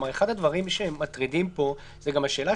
אחד הדברים שמטרידים פה הוא גם השאלה